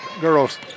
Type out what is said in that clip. girls